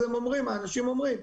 האנשים אומרים: